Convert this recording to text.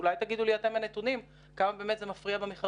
אולי אתם תגידו לי נתונים עד כמה זה באמת מפריע במכרזים.